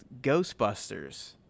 Ghostbusters